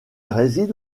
réside